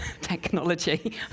technology